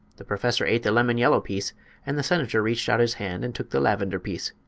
the professor ate the lemon-yellow piece and the senator reached out his hand and took the lavender piece.